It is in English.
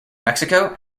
mexico